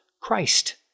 christ